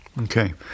Okay